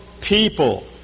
people